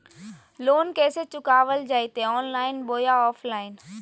Loan कैसे चुकाबल जयते ऑनलाइन बोया ऑफलाइन?